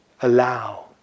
allow